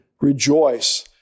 rejoice